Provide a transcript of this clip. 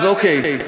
אז אוקיי.